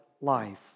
life